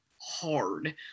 hard